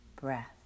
breath